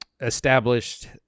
established